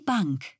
Bank